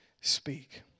speak